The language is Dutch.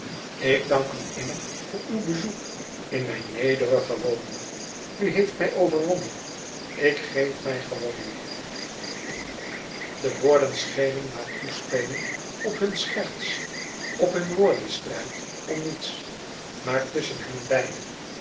ik dank u innig voor uw bezoek in mijn nederige woning u heeft mij overwonnen ik geef mij gewonnen de woorden schenen maar toespeling op hun scherts op hun woordenstrijd om niets maar tusschen henbeiden